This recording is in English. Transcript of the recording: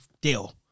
deal